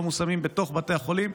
לא מושמים בתוך בתי החולים.